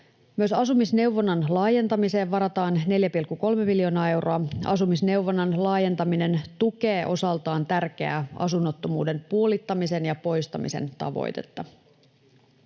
Myös asumisneuvonnan laajentamiseen varataan 4,3 miljoonaa euroa. Asumisneuvonnan laajentaminen tukee osaltaan tärkeää asunnottomuuden puolittamisen ja poistamisen tavoitetta.